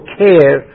care